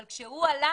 אבל כשהוא עלה